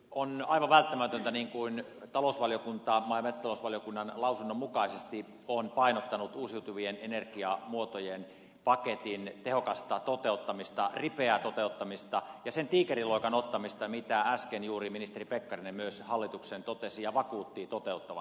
on aivan välttämätöntä niin kuin talousvaliokunta maa ja metsätalousvaliokunnan lausunnon mukaisesti on painottanut uusiutuvien energiamuotojen paketti toteuttaa tehokkaasti ripeästi ja ottaa se tiikerinloikka mitä äsken juuri ministeri pekkarinen myös hallituksen totesi ja vakuutti toteuttavan